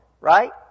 Right